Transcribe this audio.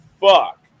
fuck